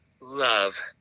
love